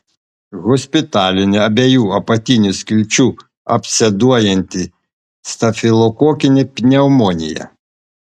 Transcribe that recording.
hospitalinė abiejų apatinių skilčių absceduojanti stafilokokinė pneumonija